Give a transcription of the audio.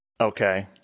Okay